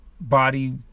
body